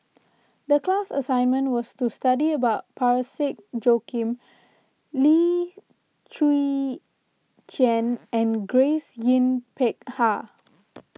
the class assignment was to study about Parsick Joaquim Lim Chwee Chian and Grace Yin Peck Ha